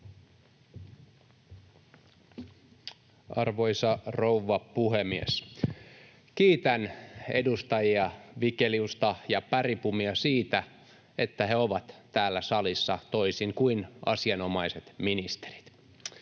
Arvoisa rouva puhemies! Kiitän edustajia Vigelius ja Bergbom siitä, että he ovat täällä salissa toisin kuin asianomaiset ministerit.